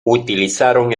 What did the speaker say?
utilizaron